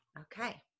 Okay